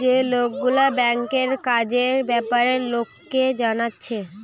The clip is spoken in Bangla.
যে লোকগুলা ব্যাংকের কাজের বেপারে লোককে জানাচ্ছে